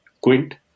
Quint